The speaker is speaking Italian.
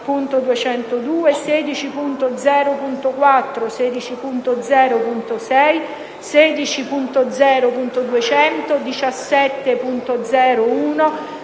16.0.4, 16.0.6, 16.0.200, 17.0.1,